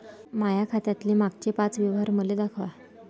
माया खात्यातले मागचे पाच व्यवहार मले दाखवा